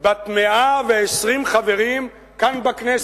בת 120 חברים כאן בכנסת.